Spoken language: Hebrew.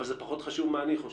אבל זה פחות חשוב מה אני חושב.